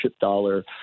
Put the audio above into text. dollar